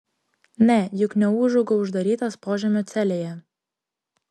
ne juk neūžauga uždarytas požemio celėje